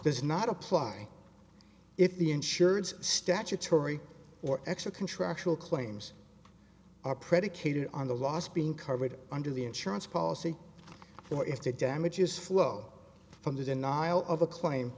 does not apply if the insurance statutory or ex or contractual claims are predicated on the loss being covered under the insurance policy or if the damages flow from the denial of a